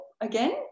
again